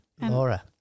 Laura